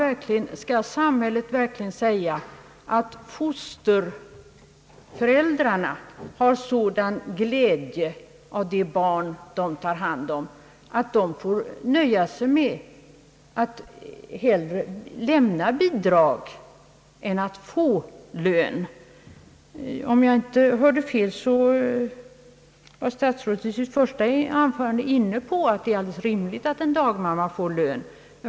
Eller skall samhället verkligen säga, att fosterföräldrarna har sådan glädje av det barn de tar hand om att de snarare bör lämna bidrag än få någon lön? Om jag inte hörde fel, så var statsrådet i sitt första anförande inne på att det är alldeles rimligt att en dagmamma får lön.